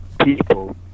people